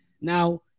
Now